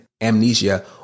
amnesia